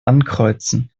ankreuzen